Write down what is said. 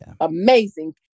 amazing